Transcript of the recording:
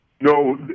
No